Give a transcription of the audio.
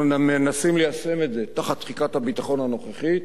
אנחנו מנסים ליישם את זה תחת תחיקת הביטחון הנוכחית.